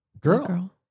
girl